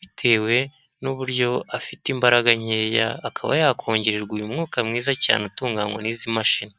bitewe n'uburyo afite imbaraga nkeya akaba yakongererwa uyu mwuka mwiza cyane utunganywa n'izi mashini.